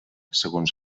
segons